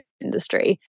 industry